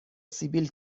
سیبیل